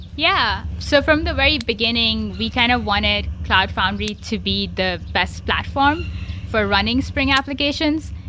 yeah. so from the very beginning we kind of wanted cloud foundry to be the best platform for running spring applications.